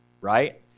right